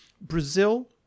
Brazil